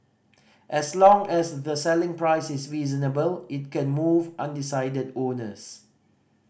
as long as the selling price is reasonable it can move undecided owners